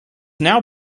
now